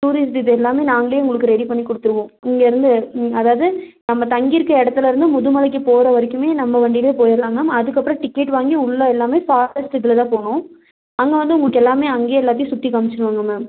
tourist எல்லாம் நாங்களே உங்களுக்கு ரெடி பண்ணி கொடுத்துடுவோம் இங்கேருந்து அதாவது நம்ம தங்கி இருக்கிற இடத்துலிருந்து முதுமலைக்கு போகிற வரைக்கும் நம்ம வண்டிலையே போயிடலாம் மேம் அதுக்கப்புறம் டிக்கெட் வாங்கி உள்ளே எல்லாமே ஃபாரஸ்ட் இதில் தான் போகணும் அங்கே வந்து உங்களுக்கு எல்லாமே அங்கேயே எல்லாத்தையும் சுற்றி காமிச்சுடுவாங்க மேம்